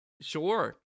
Sure